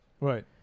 Right